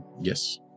yes